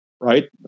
right